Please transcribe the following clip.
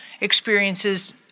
experiences